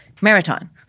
marathon